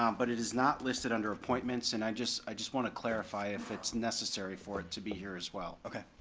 um but it is not listed under appointments, and i just i just wanna clarify if it's necessary for it to be here as well. okay.